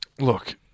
Look